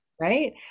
Right